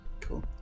Cool